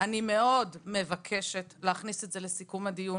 אני מאוד מבקשת להכניס את זה לסיכום הדיון.